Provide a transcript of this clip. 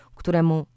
któremu